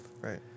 Right